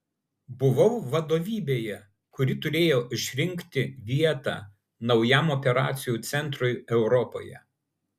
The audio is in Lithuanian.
buvau vadovybėje kuri turėjo išrinkti vietą naujam operacijų centrui europoje